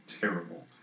terrible